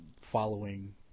following